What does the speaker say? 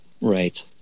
Right